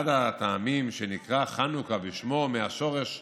אחד הטעמים שנקרא חנוכה בשמו, מהשורש חנ"ך,